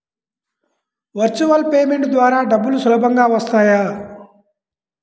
Virtual payment ద్వారా డబ్బులు సులభంగా వస్తాయా?